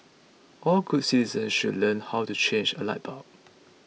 all good citizens should learn how to change a light bulb